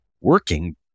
working